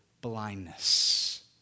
Blindness